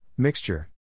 Mixture